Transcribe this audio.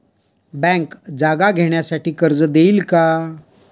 Bank जागा घेण्यासाठी कर्ज देईल का?